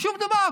שום דבר.